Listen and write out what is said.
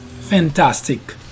fantastic